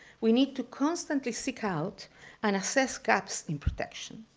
we need to constantly seek out and assess gaps in protection.